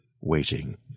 waiting